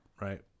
right